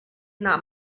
not